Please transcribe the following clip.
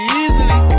easily